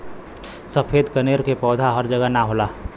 सफ़ेद कनेर के पौधा हर जगह ना होला